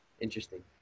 interesting